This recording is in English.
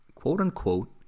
quote-unquote